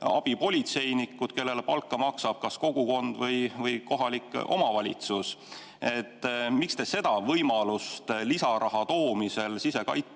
abipolitseinikud, kellele palka maksab kas kogukond või kohalik omavalitsus. Miks te seda võimalust lisaraha toomisel siseturvalisusesse